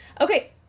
Okay